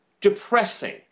Depressing